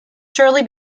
surely